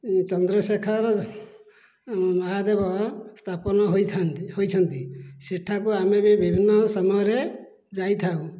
ଚନ୍ଦ୍ରଶେଖର ମହାଦେବ ସ୍ଥାପନ ହୋଇଛନ୍ତି ସେଠାକୁ ଆମେ ବିଭିନ୍ନ ସମୟରେ ଯାଇଥାଉ